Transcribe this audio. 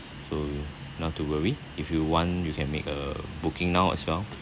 so not to worry if you want you can make a booking now as well